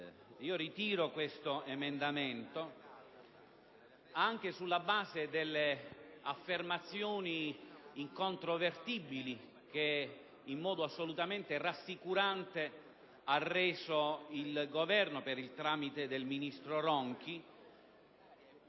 ritiro l'emendamento 20.4, anche sulla base delle affermazioni incontrovertibili che, in modo assolutamente rassicurante, ha reso il Governo per il tramite del ministro Ronchi,